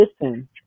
listen